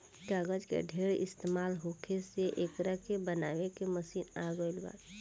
कागज के ढेर इस्तमाल होखे से एकरा के बनावे के मशीन आ गइल बा